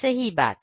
सही बात है